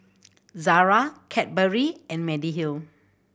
Zara Cadbury and Mediheal